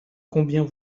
combien